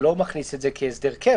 זה לא מכניס את זה כהסדר קבע.